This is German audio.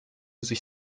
sich